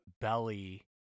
Belly